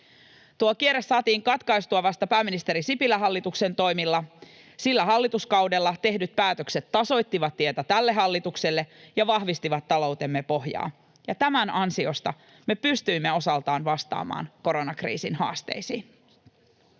Tuo kierre saatiin katkaistua vasta pääministeri Sipilän hallituksen toimilla. Sillä hallituskaudella tehdyt päätökset tasoittivat tietä tälle hallitukselle ja vahvistivat taloutemme pohjaa, ja tämän ansiosta me pystyimme osaltaan vastaamaan koronakriisin haasteisiin.